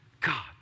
God